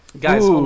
Guys